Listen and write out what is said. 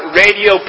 radio